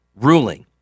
ruling